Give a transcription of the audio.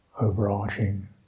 overarching